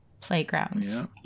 Playgrounds